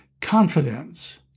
confidence